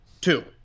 Two